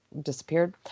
disappeared